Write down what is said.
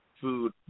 food